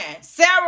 Sarah